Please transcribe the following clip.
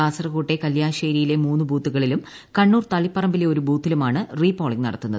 കാസർകോട്ടെ കല്യാശേരിയിലെ മൂന്നു ബൂത്തുകളിലും കണ്ണൂർ തളിപ്പറമ്പിലെ ഒരു ബൂത്തിലുമാണ് റീ പോളിംഗ് നടത്തുന്നത്